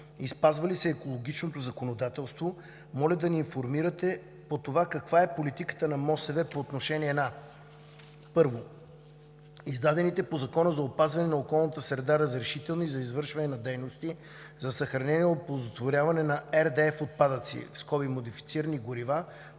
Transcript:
спазва ли се екологичното законодателство, моля да ни информирате за това каква е политиката на МОСВ по отношение на: Издадените по Закона за опазване на околната среда разрешителни за извършване на дейности за съхранение и оползотворяване на RDF-отпадъци (модифицирани горива,